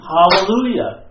Hallelujah